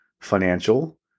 financial